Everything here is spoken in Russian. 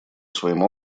своим